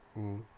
mm